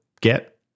get